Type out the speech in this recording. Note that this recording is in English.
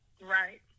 Right